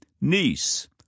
niece